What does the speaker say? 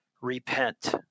repent